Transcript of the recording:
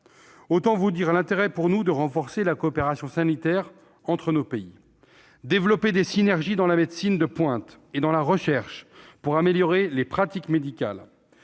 C'est dire l'intérêt pour nous de renforcer la coopération sanitaire entre les deux pays. Développer des synergies dans la médecine de pointe et la recherche pour améliorer les pratiques médicales